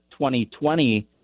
2020